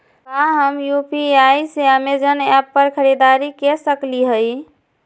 का हम यू.पी.आई से अमेजन ऐप पर खरीदारी के सकली हई?